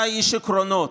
אתה איש עקרונות,